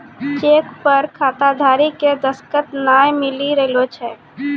cheque पर खाताधारी के दसखत नाय मिली रहलो छै